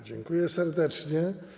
Dziękuję serdecznie.